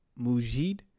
Mujid